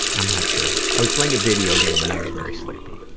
i'm not sure. i was playing a video game and i was very sleepy.